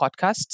podcasts